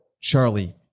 Charlie